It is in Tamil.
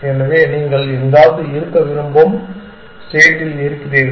எனவே நீங்கள் எங்காவது இருக்க விரும்பும் ஸ்டேட்டில் இருக்கிறீர்கள்